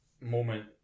moment